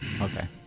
Okay